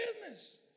business